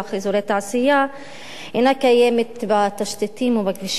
אזורי תעשייה אינה בתשתיות ובכבישים,